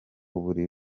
buri